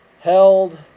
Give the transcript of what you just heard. held